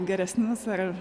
geresnius ar